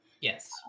Yes